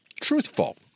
truthful